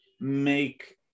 make